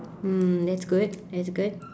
mm that's good that's good